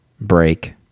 break